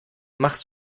machst